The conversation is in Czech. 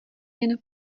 jen